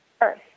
earth